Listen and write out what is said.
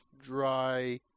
dry